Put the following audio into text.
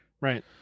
Right